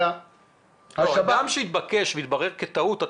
אדם שהתבקש להיכנס לבידוד והתברר כטעות,